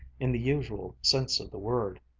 in the usual sense of the word.